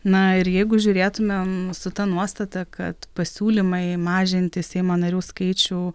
na ir jeigu žiūrėtumėm su ta nuostata kad pasiūlymai mažinti seimo narių skaičių